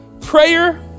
prayer